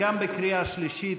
בקריאה שנייה: